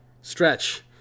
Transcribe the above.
Stretch